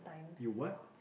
you what